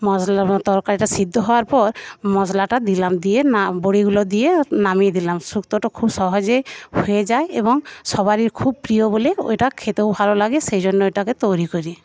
মশলা তরকারিটা সিদ্ধ হওয়ার পর মশলাটা দিলাম দিয়ে বড়িগুলো দিয়ে নামিয়ে দিলাম শুক্তোটা খুব সহজে হয়ে যায় এবং সবারই খুব প্রিয় বলে ওটা খেতেও ভালো লাগে সেইজন্য এটাকে তৈরী করি